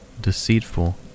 deceitful